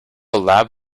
lab